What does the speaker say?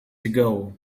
ago